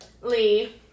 Lee